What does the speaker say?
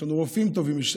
יש לנו רופאים טובים,